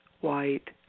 white